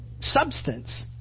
substance